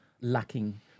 lacking